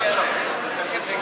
של קבוצת סיעת